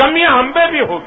कमियां हम में भी होगी